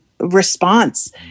response